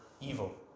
evil